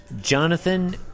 Jonathan